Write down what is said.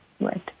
Right